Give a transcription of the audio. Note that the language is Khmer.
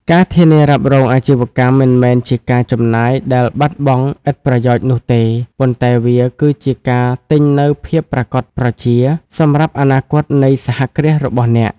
ការធានារ៉ាប់រងអាជីវកម្ម មិនមែនជាការចំណាយដែលបាត់បង់ឥតប្រយោជន៍នោះទេ ប៉ុន្តែវាគឺជាការទិញនូវ "ភាពប្រាកដប្រជា" សម្រាប់អនាគតនៃសហគ្រាសរបស់អ្នក។